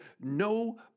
no